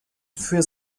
für